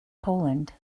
poland